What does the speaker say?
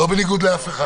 לא בניגוד לאף אחד.